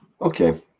okay,